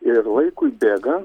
ir laikui bėgant